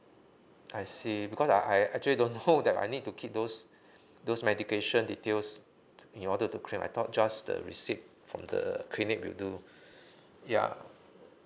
I see because I I actually don't hold that I need to keep those those medication details in order to claim I thought just the receipt from the clinic will do ya